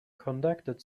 conducted